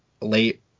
late